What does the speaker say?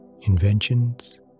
inventions